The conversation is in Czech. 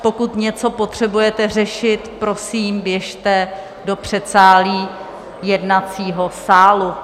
Pokud něco potřebujete řešit, prosím, běžte do předsálí jednacího sálu.